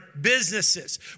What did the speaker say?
businesses